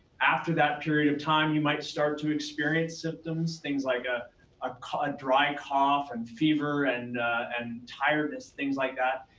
after that period of time, you might start to experience symptoms, things like ah ah a dry and cough and fever and and tiredness, things like that.